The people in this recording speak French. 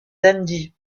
dundee